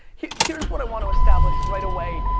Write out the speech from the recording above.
here's here's what i want to establish right away,